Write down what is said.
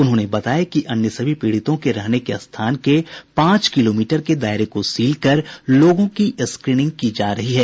उन्होंने बताया कि अन्य सभी पीड़ितों के रहने के स्थान के पांच किलोमीटर के दायरे को सील कर लोगों की स्क्रीनिंग की जा रही है